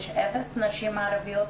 יש אפס נשים ערביות?